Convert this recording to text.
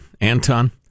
Anton